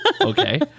Okay